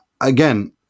again